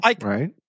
right